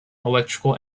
electrical